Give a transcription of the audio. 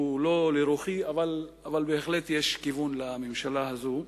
שהוא לא לרוחי, אבל בהחלט יש כיוון לממשלה הזאת.